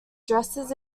dresses